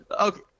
okay